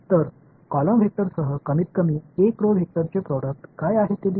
तर कॉलम वेक्टरसह कमीतकमी एक रो वेक्टरचे प्रोडक्ट काय आहे ते दिसते